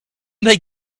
they